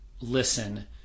listen